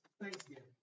thanksgiving